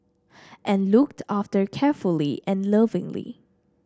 and looked after carefully and lovingly